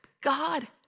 God